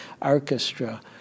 orchestra